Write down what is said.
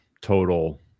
total